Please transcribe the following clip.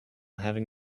having